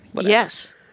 Yes